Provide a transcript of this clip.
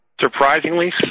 Surprisingly